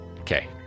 okay